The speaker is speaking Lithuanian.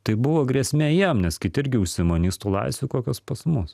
tai buvo grėsme jiem nes kiti irgi užsimanys tų laisvių kokios pas mus